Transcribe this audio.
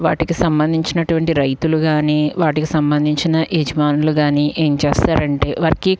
వాటికి సంబంధించినటువంటి రైతులు కాని వాటికి సంబంధించిన యజమానులు కానీ ఏం చేస్తారంటే వారికి